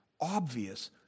obvious